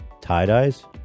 tie-dyes